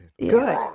Good